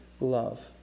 love